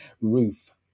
Roof